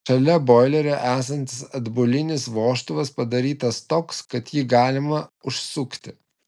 šalia boilerio esantis atbulinis vožtuvas padarytas toks kad jį galima užsukti